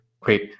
Great